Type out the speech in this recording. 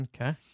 Okay